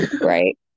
Right